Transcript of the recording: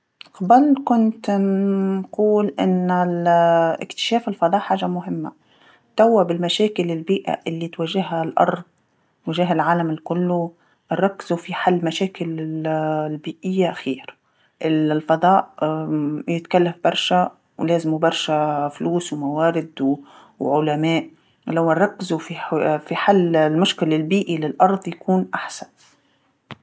قبل كنت ن- نقول أن ال- إكتشاف الفضاء حاجه مهمه، توا بالمشاكل البيئه اللي تواجها الارض تواجها العالم الكل نركزو في حل مشاكل ال- البيئية خير، ال- الفضاء يتكلف برشا ولازمو برشا فلوس وموارد و- وعلماء، لو نركزو في حل- حل المشكل البيئي للأرض يكون أحسن.